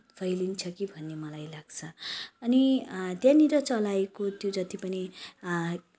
फैलिन्छ कि भन्ने मलाइ लाग्छ अनि त्यहाँनिर चलाएको त्यो जति पनि